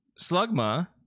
slugma